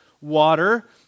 water